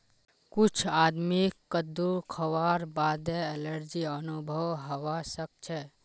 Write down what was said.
कुछ आदमीक कद्दू खावार बादे एलर्जी अनुभव हवा सक छे